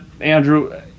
Andrew